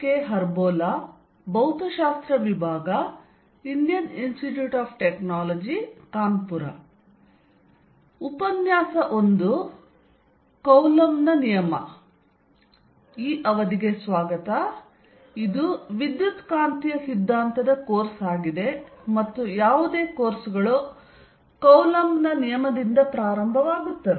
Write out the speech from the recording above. coulomb ನ ನಿಯಮ ಇದು ವಿದ್ಯುತ್ ಕಾಂತೀಯ ಸಿದ್ಧಾಂತದ ಕೋರ್ಸ್ ಆಗಿದೆ ಮತ್ತು ಯಾವುದೇ ಕೋರ್ಸ್ಗಳು ಕೂಲಂಬ್ ನ ನಿಯಮದಿಂದ ಪ್ರಾರಂಭವಾಗುತ್ತವೆ